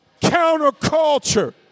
counterculture